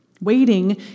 Waiting